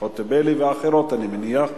ציפי חוטובלי ואחרות, אני מניח.